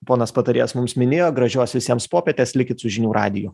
ponas patarėjas mums minėjo gražios visiems popietės likit su žinių radiju